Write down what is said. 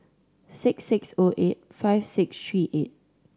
six six O eight five six three eight